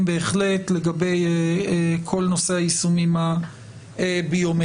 בהחלט לגבי כל נושא היישומים הביומטריים.